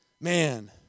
Man